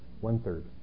One-third